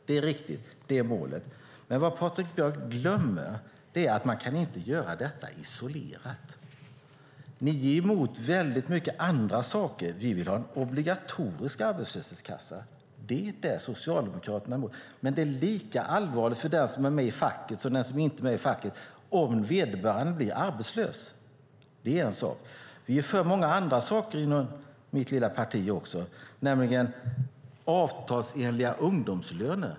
Det är riktigt att det är målet. Men vad Patrik Björck glömmer är att man inte kan göra detta isolerat. Ni är emot många andra saker. Vi vill ha en obligatorisk arbetslöshetskassa. Det är Socialdemokraterna emot. Men det är lika allvarligt för den som är med i facket som den som inte är med i facket om vederbörande blir arbetslös. Vi är för många andra saker inom mitt lilla parti också, nämligen avtalsenliga ungdomslöner.